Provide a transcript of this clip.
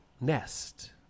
Nest